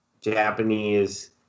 Japanese